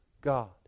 God